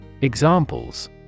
Examples